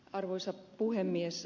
arvoisa puhemies